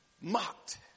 mocked